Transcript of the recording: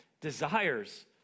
desires